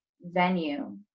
venue